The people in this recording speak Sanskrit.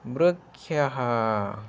वृक्षः